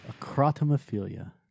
Acrotomophilia